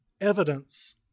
evidence